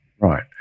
Right